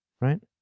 right